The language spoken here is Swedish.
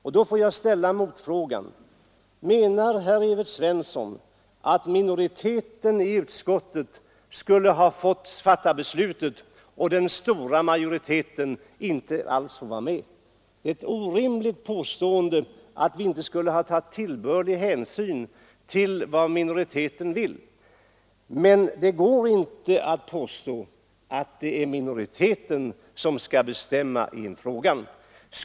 Jag ställer en motfråga: Menar herr Evert Svensson att minoriteten i utskottet skulle ha fått fatta beslutet och den stora majoriteten inte alls fått vara med? Det är ett orimligt påstående att vi inte skulle ha tagit tillbörlig hänsyn till vad minoriteten vill, men det är lika orimligt att begära att minoriteten skall bestämma i frågan.